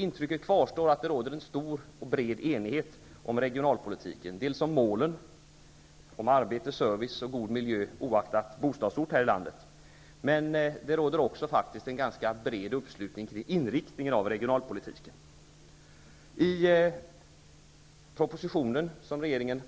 Intrycket kvarstår att det råder en stor och bred enighet om regionalpolitiken, dels om målen -- arbete, service och god miljö, oaktat bostadsort i landet --, dels förekommer faktiskt en ganska bred uppslutning kring inriktningen av regionalpolitiken. I den proposition som regeringen